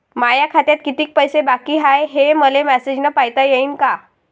माया खात्यात कितीक पैसे बाकी हाय, हे मले मॅसेजन पायता येईन का?